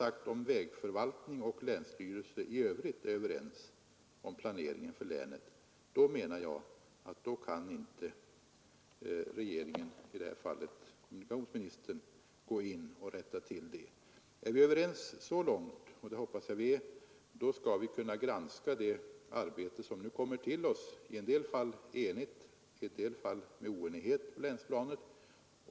Men om vägförvaltning och länsstyrelse i övrigt är överens om planeringen av vägnätet kan inte regeringen, i detta fall kommunikationsministern, gå in och rätta till det. Är vi överens så långt, och det hoppas jag att vi är, skall vi kunna granska det arbete som nu kommer till oss, i en del fall med enighet och i en del fall med oenighet på länsplanet.